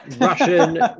Russian